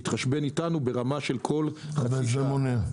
יתחשבן איתנו ברמה של כל חצי שעה,